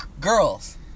Girls